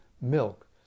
milk